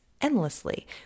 endlessly